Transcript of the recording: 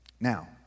Now